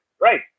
Right